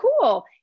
cool